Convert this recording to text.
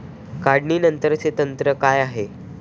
काढणीनंतरचे तंत्र काय आहे?